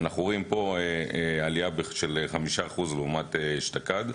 אנחנו רואים בשקף עלייה של 5% לעומת אשתקד.